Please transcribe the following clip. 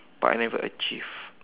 but I never achieve